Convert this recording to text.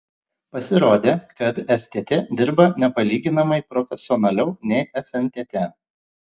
pasirodė kad stt dirba nepalyginamai profesionaliau nei fntt